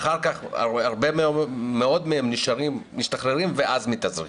ואחר כך הרבה מאוד מהם משתחררים ואז מתאזרחים.